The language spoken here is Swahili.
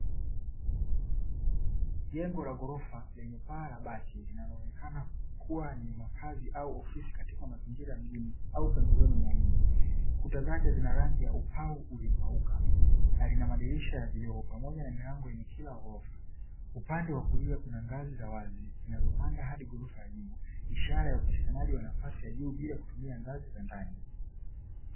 Jengo la ghorofa lenye paa la bati linaloonekana kuwa ni makazi au ofisi katika mazingira ya mjini au pembezoni mwa mji. Kuta zake zina rangi ya upau uliopauka, na lina madirisha ya vioo pamoja na milango yenye kila ghorofa. Upande wa kulia kuna ngazi za wazi, zinazopanda hadi ghorofa ya juu, ishara ya upatikanaji wa nafasi ya juu bila kutumia ngazi za ndani.